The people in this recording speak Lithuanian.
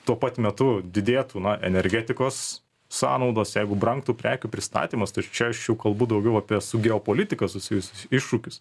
tuo pat metu didėtų na energetikos sąnaudos jeigu brangtų prekių pristatymas tai čia aš jau kalbu daugiau apie su geopolitika susijusius iššūkius